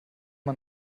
man